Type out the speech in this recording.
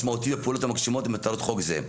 משמעותי בפעולות המגשימות את מטרות חוק זה",